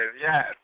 yes